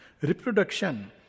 reproduction